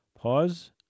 Pause